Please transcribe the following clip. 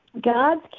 God's